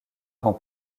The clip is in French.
rend